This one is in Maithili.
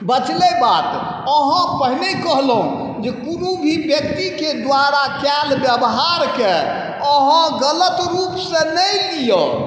बचलै बात अहाँ पहिनहि कहलहुँ जे कोनो भी व्यक्तिके द्वारा कएल बेवहारके अहाँ गलत रूपसँ नहि लिअ